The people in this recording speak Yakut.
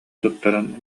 туттаран